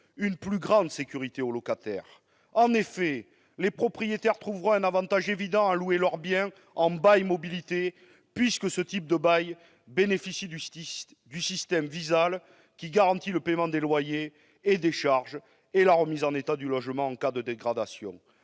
une plus grande sécurité aux locataires. En effet, les propriétaires trouveront un avantage évident à louer leurs biens en bail mobilité, puisque ce type de bail bénéficie du dispositif VISALE, ou visa pour le logement et l'emploi, qui garantit le paiement des loyers et des charges et la remise en état du logement en cas de dégradation.